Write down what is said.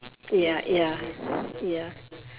ya ya ya